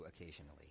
occasionally